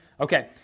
Okay